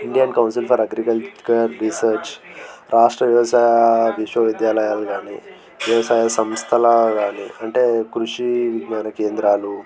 Indian council for agricultural research రాష్ట్ర వ్యవసాయ విశ్వవిద్యాలయాలు కాని వ్యవసాయ సంస్థలా కాని అంటే కృషి విజ్ఞాన కేంద్రాలు